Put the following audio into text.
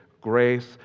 grace